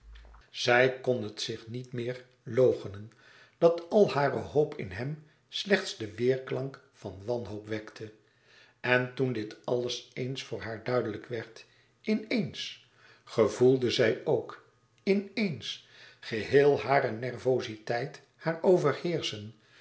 zij kon het zich niet meer loochenen dat al hare hoop in hem slechts den weêrklank van wanhoop wekte en toen dit alles eens voor haar duidelijk werd in eens gevoelde zij ook in eens geheel hare nervoziteit haar overheerschen